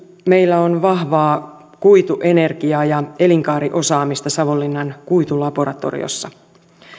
meillä on myös vahvaa kuitu energia ja elinkaariosaamista savonlinnan kuitulaboratoriossa